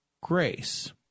grace